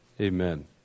Amen